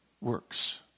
works